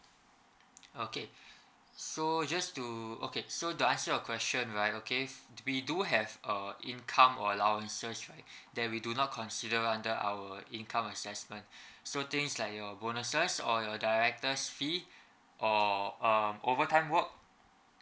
okay so just to okay so to answer your question right okay f~ we do have a income allowances right that we do not consider under our income assessment so things like your bonuses or director's fee or um overtime work